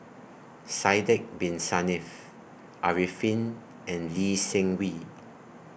Sidek Bin Saniff Arifin and Lee Seng Wee